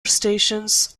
stations